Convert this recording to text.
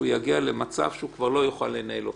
יגיע למצב שהוא כבר לא יוכל לנהל אותם.